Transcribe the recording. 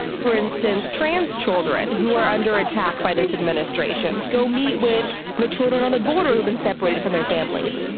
for instance, trans-children who are under attack by this administration. go meet with the children on the border who have been separated from their families.